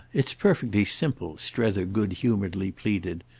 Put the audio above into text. it's perfectly simple, strether good-humouredly pleaded.